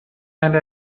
and